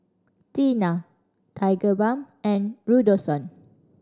Tena Tigerbalm and Redoxon